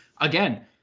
Again